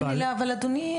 אבל אדוני,